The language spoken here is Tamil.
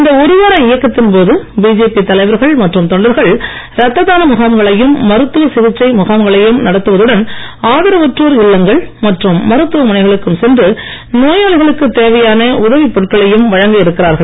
இந்த ஒருவார இயக்கத்தின் போது பிஜேபி தலைவர்கள் மற்றும் தொண்டர்கள் இரத்த தான முகாம்களையும் மருத்துவ சிகிச்சை முகாம்களையும் நடத்துவதுடன் ஆதரவற்றோர் இல்லங்கள் மற்றும் மருத்துவமனைகளுக்கும் சென்று நோயாளிகளுக்குத் தேவையான உதவிப் பொருட்களையும் வழங்க இருக்கிறார்கள்